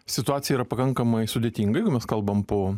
situacija yra pakankamai sudėtinga jeigu mes kalbam po